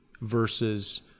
versus